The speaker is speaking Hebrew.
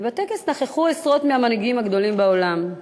ובטקס נכחו עשרות מהמנהיגים הגדולים בעולם.